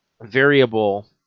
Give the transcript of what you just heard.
variable